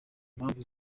mpamvu